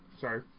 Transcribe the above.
sorry